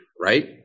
right